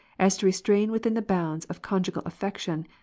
as to restrain within the bounds of conjugal aflection,